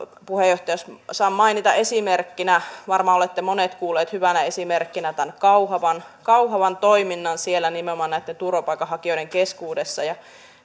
puheenjohtaja jos saan mainita esimerkkinä varmaan olette monet kuulleet hyvänä esimerkkinä tämän kauhavan kauhavan toiminnan nimenomaan näitten turvapaikanhakijoiden keskuudessa ja